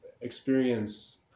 experience